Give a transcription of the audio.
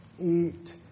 eat